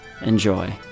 enjoy